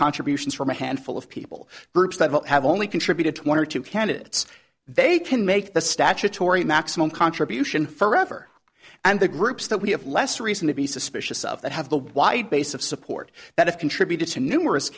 contributions from a handful of people groups that have only contributed to one or two candidates they can make the statutory maximum contribution forever and the groups that we have less reason to be suspicious of that have the wide base of support that have contributed to numerous